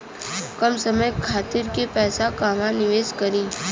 कम समय खातिर के पैसा कहवा निवेश करि?